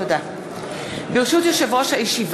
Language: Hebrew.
אם כן, רבותי,